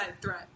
threat